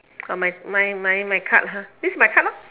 oh my my my my card ah this my card lah